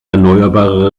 erneuerbare